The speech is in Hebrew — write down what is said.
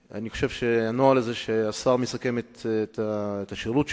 אני חושב שהנוהג הזה, שהשר מסכם את השירות שלו,